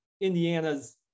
Indiana's